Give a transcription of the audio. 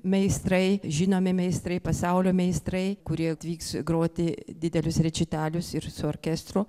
meistrai žinomi meistrai pasaulio meistrai kurie atvyks groti didelius rečitalius ir su orkestru